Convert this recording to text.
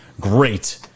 great